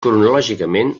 cronològicament